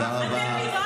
הצענו לכם פשרה,